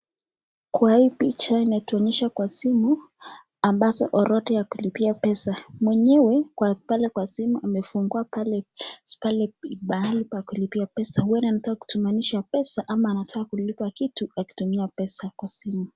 Kwa hii picha inatuonyesha kwa simu ambazo orotha ya kulipia pesa, mwenyewe pale kwa simu amefungua pale mahali pakulipia kutumanisha kitu akituma pesa kwa simu.